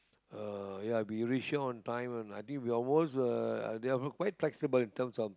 uh ya we reach here on time and I think we almost uh they're quite flexible in terms of